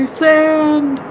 sand